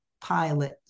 pilot